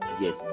Yes